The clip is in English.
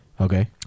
Okay